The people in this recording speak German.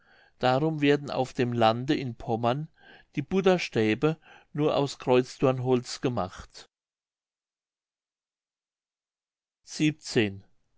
darum werden auf dem lande in pommern die butterstäbe nur aus kreuzdornholz gemacht